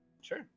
Sure